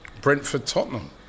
Brentford-Tottenham